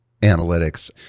analytics